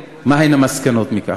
2. אם כן, מה הן המסקנות מכך?